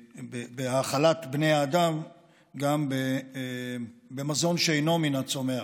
בהאכלת בני האדם גם במזון שאינו מן הצומח.